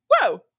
whoa